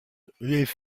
les